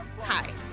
Hi